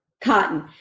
cotton